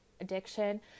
addiction